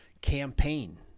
campaign